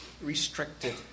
restricted